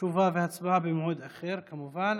תשובה והצבעה במועד אחר, כמובן.